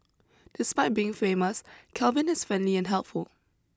despite being famous Kelvin is friendly and helpful